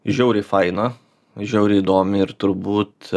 žiauriai faina žiauriai įdomi ir turbūt